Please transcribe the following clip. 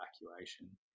evacuation